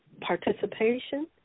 participation